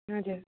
हजुर